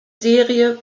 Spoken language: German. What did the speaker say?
serie